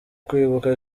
kwibuka